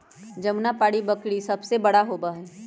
जमुनापारी बकरी सबसे बड़ा होबा हई